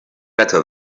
better